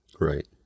Right